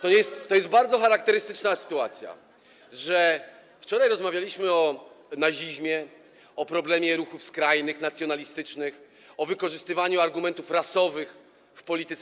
To jest bardzo charakterystyczna sytuacja, że wczoraj rozmawialiśmy o nazizmie, o problemie ruchów skrajnych, nacjonalistycznych, o wykorzystywaniu argumentów rasowych w polityce.